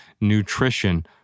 nutrition